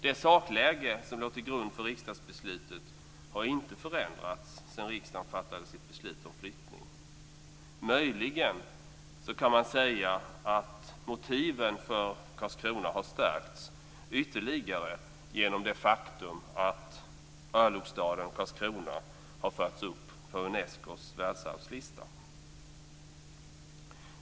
Det sakläge som låg till grund för riksdagsbeslutet har inte förändrats sedan riksdagen fattade sitt beslut om flyttning. Möjligen kan man säga att motiven för Karlskrona har stärkts ytterligare genom det faktum att örlogsstaden Karlskrona har förts upp på Unescos världsarvslista.